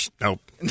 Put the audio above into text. Nope